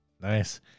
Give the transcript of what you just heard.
Nice